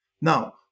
Now